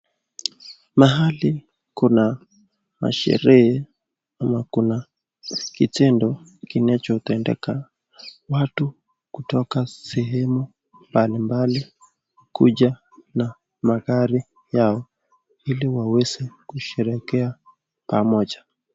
Mahali kuna masherehe ama kuna kitendo kinachotendeka, watu kutoka sehemu mablimbali kuja na magari yao ili waweze kusherekea pamoja.